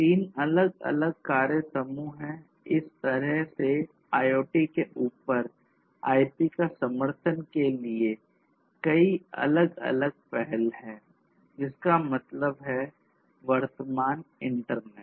3 अलग अलग कार्य समूह हैं इस तरह से IoT के ऊपर आईपी का समर्थन के लिए कई अलग अलग पहल है जिसका मतलब है वर्तमान इंटरनेट